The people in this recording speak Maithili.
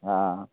हाँ